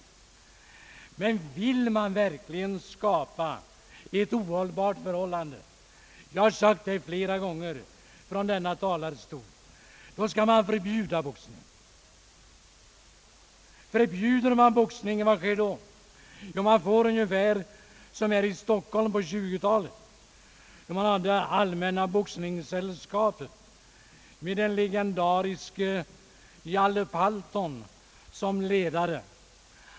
Men vill man verkligen skapa ett ohållbart läge — jag har sagt det flera gånger från denna talarstol — skall man förbjuda boxningen. Förbjuder man boxningen, vad sker då? Man får det ungefär likadant som i Stockholm på 1920-talet då det fanns allmänna boxningssällskap med den legendariske Hjalle Palton som ledare.